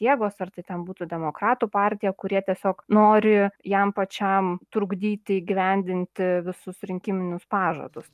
jėgos ar tai ten būtų demokratų partija kurie tiesiog nori jam pačiam trukdyti įgyvendinti visus rinkiminius pažadus